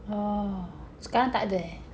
oh sekarang tak de eh